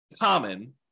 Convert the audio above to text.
common